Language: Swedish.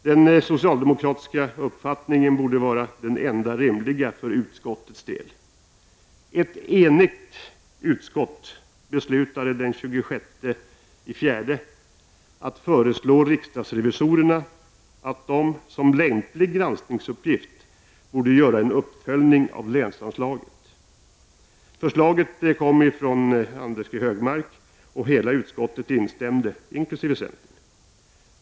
Den socialdemokratiska uppfattningen borde vara den enda rimliga för utskottets del. Ett enigt utskott beslutade den 26 april att föreslå riksdagsrevisorerna att de, som lämplig granskningsuppgift, borde göra en uppföljning av länsanslaget. Förslaget kom från Anders G Högmark, och hela utskottet instämde, inkl. centern.